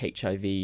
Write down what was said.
HIV